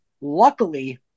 luckily